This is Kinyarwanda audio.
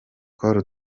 col